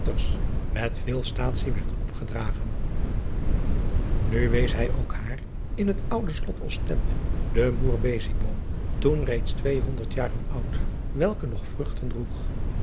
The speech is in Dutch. met veel staatsie werd opgedragen u wees hij ook haar in het oude lot stende den oerbezieboom toen reeds twee honderd jaren oud welke nog vruchten droeg